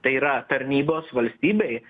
tai yra tarnybos valstybei